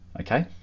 okay